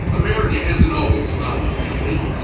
america hasn't always followed their lead.